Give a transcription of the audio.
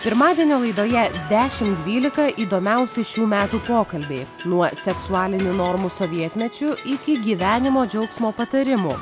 pirmadienio laidoje dešimt dvylika įdomiausi šių metų pokalbiai nuo seksualinių normų sovietmečiu iki gyvenimo džiaugsmo patarimų